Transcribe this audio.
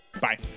Bye